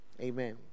Amen